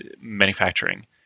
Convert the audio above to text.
manufacturing